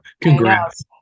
Congrats